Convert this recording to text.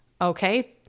Okay